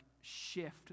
shift